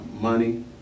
money